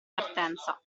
partenza